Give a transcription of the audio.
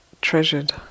treasured